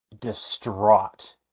distraught